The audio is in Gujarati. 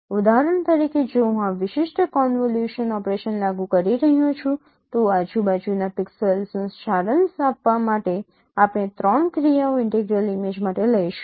ઉદાહરણ તરીકે જો હું આ વિશિષ્ટ કોન્વોલ્યુશન ઓપરેશન લાગુ કરી રહ્યો છું તો આજુબાજુના પિક્સેલ્સનો સારાંશ આપવા માટે આપણે 3 ક્રિયાઓ ઇન્ટેગ્રલ ઇમેજ માટે લઈશું